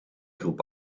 groep